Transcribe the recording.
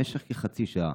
למשך כחצי שעה,